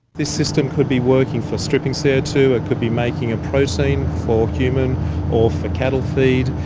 this system could be working for stripping c o two, it could be making a protein for human or for cattle feed.